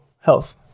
health